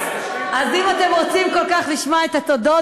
אז אם אתם רוצים כל כך לשמוע את התודות,